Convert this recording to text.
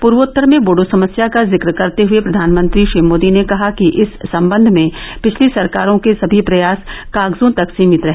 पूर्वोत्तर में बोडो समस्या का जिक्र करते हुए प्रधानमंत्री श्री मोदी ने कहा कि इस संबंध में पिछली सरकारों के सभी प्रयास कागजों तक सीमित रहे